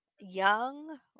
young